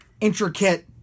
intricate